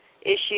issues